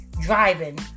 driving